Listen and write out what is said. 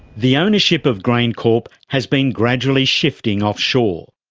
the ownership of graincorp has been gradually shifting offshore.